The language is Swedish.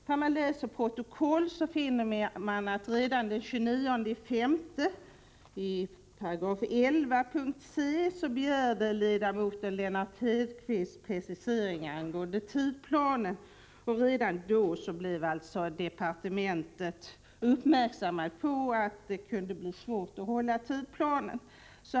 Det framgår av protokollet från den 29 maj 11 § punkt c att ledamoten Lennart Hedquist redan då begärde preciseringar angående tidsplanen. Då blev alltså departementet uppmärksammat på att det kunde vara svårt att hålla tidsplanen.